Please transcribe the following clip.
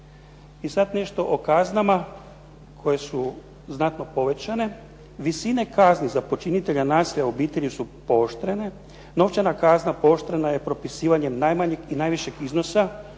I sad nešto o kaznama koje su znatno povišene. Visine kazni za počinitelja nasilja u obitelji su pooštrene. Novčana kazna pooštrena je propisivanjem najmanjeg i najvišeg iznosa